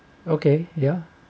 okay yeah